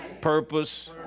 Purpose